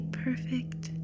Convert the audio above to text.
perfect